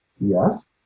Yes